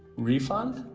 refund?